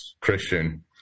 Christian